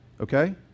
okay